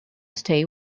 stay